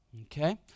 Okay